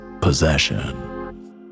Possession